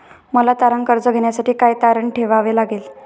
मला तारण कर्ज घेण्यासाठी काय तारण ठेवावे लागेल?